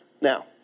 Now